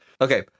okay